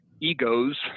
egos